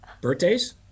Birthdays